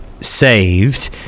saved